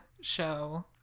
show